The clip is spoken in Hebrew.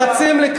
הרי בסופו של דבר,